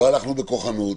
לא הלכנו בכוחנות.